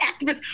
activist